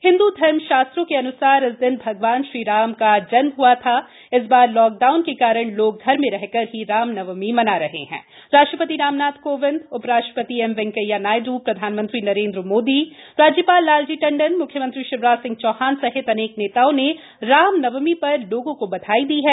हिंदु धर्म शास्त्रों के अनुसार इस दिन भगवान श्री राम जी का जन्म हआ था इस बार लाक डाउन के कारण लोग घर में रहकर ही रामनवमीं मना रहे हैं राष्ट्र ति रामनाथ कोविंद उ राष्ट्र ति एम वेंकैया नायड् प्रधानमंत्री नरेन्द मोदी राज्य ाल लालजी टंडनम्ख्यमंत्री शिवराज सिंह चौहान सहित अनेक नेताओं ने रामनवमी धर लोगों को बधाई दी है